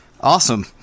Awesome